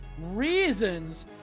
reasons